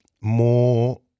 more